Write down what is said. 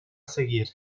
seguir